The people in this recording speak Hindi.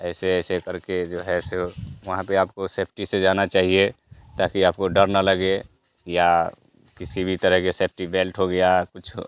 ऐसे ऐसे करके जो है सो वहाँ पर आपको सेफ़्टी से जाना चाहिए ताकि आपको डर न लगे या किसी भी तरह के सेफ़्टी बेल्ट हो गया कुछ